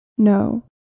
No